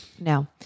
No